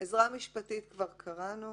עזרה משפטית כבר קראנו.